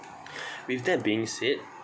with that being said